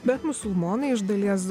bet musulmonai iš dalies